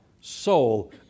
soul